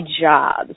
jobs